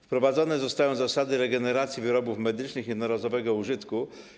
Wprowadzone zostają zasady regeneracji wyrobów medycznych jednorazowego użytku.